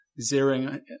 Zeroing